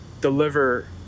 Deliver